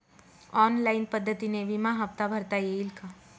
Online पद्धतीने विमा हफ्ता भरता येईल का?